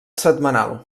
setmanal